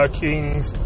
kings